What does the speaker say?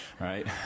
right